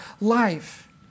life